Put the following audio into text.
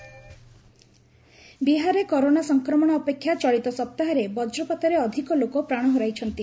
ବିହାର ଘୁର୍ଣ୍ଣିଝଡ଼ ବିହାରରେ କରୋନା ସଫକ୍ରମଣ ଅପେକ୍ଷା ଚଳିତ ସପ୍ତାହରେ ବଜ୍ରପାତରେ ଅଧିକ ଲୋକ ପ୍ରାଣ ହରାଇଛନ୍ତି